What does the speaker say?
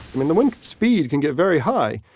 mean the wind speed can get very high,